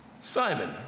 Simon